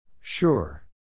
Sure